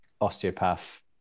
osteopath